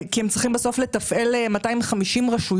כי הם צריכים לתפעל 250 רשויות.